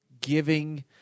giving